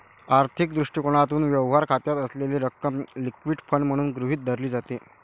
आर्थिक दृष्टिकोनातून, व्यवहार खात्यात असलेली रक्कम लिक्विड फंड म्हणून गृहीत धरली जाते